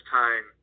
time